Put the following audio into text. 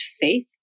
faith